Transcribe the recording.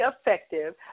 effective